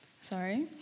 sorry